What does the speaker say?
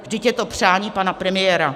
Vždyť je to přání pana premiéra.